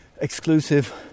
exclusive